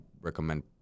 recommend